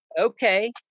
okay